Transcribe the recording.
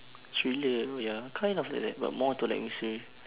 thriller oh ya kind of like that but more to like mystery